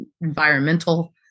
environmental